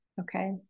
okay